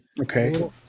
Okay